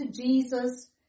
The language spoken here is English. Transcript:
Jesus